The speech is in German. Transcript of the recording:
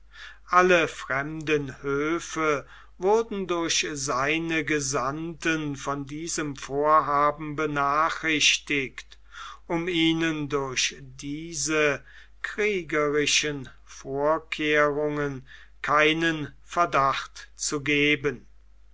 alle fremden höfe wurden durch seine gesandten von diesem vorhaben benachrichtigt um ihnen durch diese kriegerischen vorkehrungen keinen verdacht zu geben